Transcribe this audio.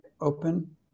open